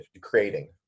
creating